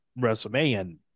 WrestleMania